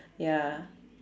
ya